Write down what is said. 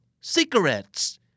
cigarettes